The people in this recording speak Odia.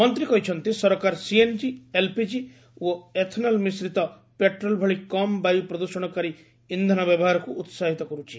ମନ୍ତ୍ରୀ କହିଛନ୍ତି ସରକାର ସିଏନ୍ଜି ଏଲ୍ପିଜି ଓ ଏଥନଲ ମିଶ୍ରିତ ପେଟ୍ରୋଲ୍ ଭଳି କମ୍ ବାୟୁ ପ୍ରଦ୍ରଷଣକାରୀ ଇନ୍ଧନ ବ୍ୟବହାରକୁ ଉହାହିତ କରୁଛନ୍ତି